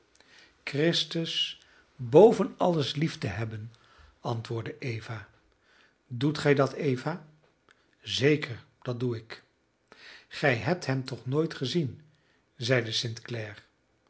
christus boven alles lief te hebben antwoordde eva doet gij dat eva zeker dat doe ik gij hebt hem toch nooit gezien zeide st